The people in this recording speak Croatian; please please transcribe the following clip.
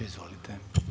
Izvolite.